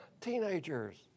teenagers